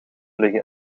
liggen